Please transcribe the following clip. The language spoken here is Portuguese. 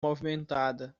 movimentada